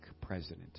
president